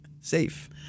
Safe